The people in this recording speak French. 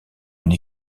une